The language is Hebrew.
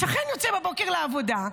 השכן יוצא בבוקר לעבודה,